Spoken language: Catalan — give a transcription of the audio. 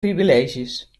privilegis